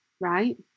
right